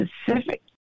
specific